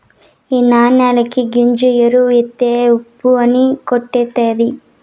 ఈ న్యాలకి జింకు ఎరువు ఎత్తే ఉప్పు ని కొట్టేత్తది